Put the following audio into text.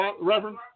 Reverend